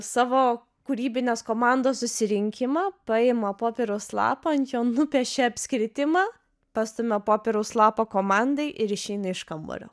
savo kūrybinės komandos susirinkimą paima popieriaus lapą ant jo nupiešia apskritimą pastumia popieriaus lapą komandai ir išeina iš kambario